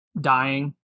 dying